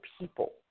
people